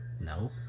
No